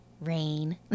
Rain